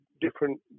different